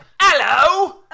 Hello